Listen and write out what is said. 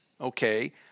okay